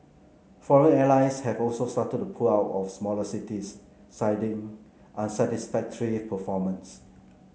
foreign airlines have also started to pull out of smaller cities citing unsatisfactory performance